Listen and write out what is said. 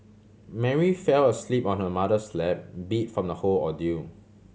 Mary fell asleep on her mother's lap beat from the whole ordeal